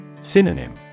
Synonym